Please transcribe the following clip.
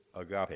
agape